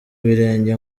ibirenge